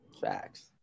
Facts